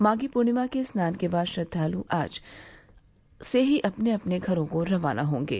माधी पूर्णिमा के स्नान के बाद श्रद्वालू आज ही से अपने अपने घरो को रवाना होंगे